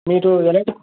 మీకు ఎలాంటి